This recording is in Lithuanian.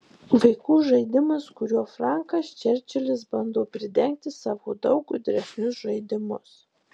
vaikų žaidimas kuriuo frankas čerčilis bando pridengti savo daug gudresnius žaidimus